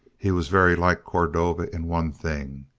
he was very like cordova in one thing.